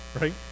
right